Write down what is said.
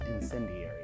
incendiary